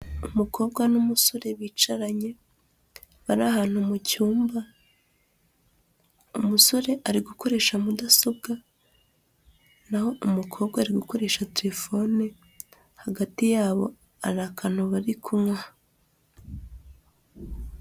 Umukobwa n'umusore bicaranye, bari ahantu mu cyumba, umusore ari gukoresha mudasobwa, naho umukobwa ari gukoresha telefone, hagati yabo hari akantu bari kunywa.